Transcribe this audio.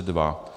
2.